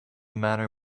matter